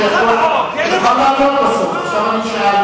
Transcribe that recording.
אתה הצבעת בעד הממשלה,